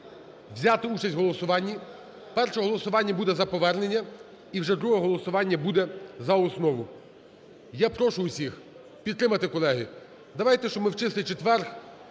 взяти участь в голосуванні. Перше голосування буде за повернення і вже друге голосування буде за основу. Я прошу всіх підтримати, колеги. Давайте, що ми в Чистий четвер